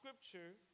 scripture